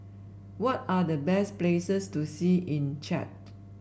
what are the best places to see in Chad